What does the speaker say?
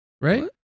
right